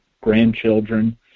grandchildren